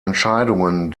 entscheidungen